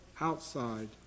outside